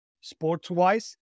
sports-wise